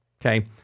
Okay